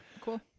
Cool